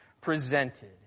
presented